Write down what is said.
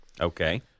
Okay